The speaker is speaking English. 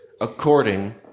according